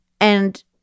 and-